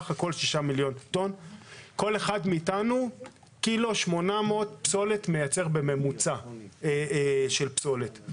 כל אחד מאיתנו מייצר בממוצע קילו 800 של פסולת,